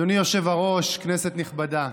אדוני היושב-ראש, כנסת נכבדה,